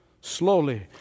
slowly